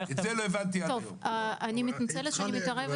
אה, הוא יצא מהזום?